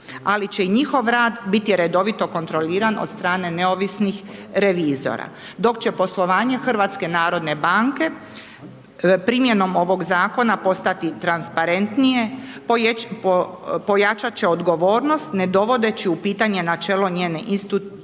ali će i njihov rad biti redovito kontroliran od strane neovisnih revizora, dok će poslovanje HNB-a primjenom ovog zakona postati transparentnije, pojačat će odgovornost ne dovodeći u pitanje načelo njene institucionalne